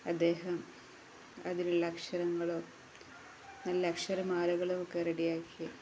അദ്ദേഹം അതിലുള്ള അക്ഷരങ്ങളും നല്ല അക്ഷരമാലകളുമൊക്കെ റെഡിയാക്കി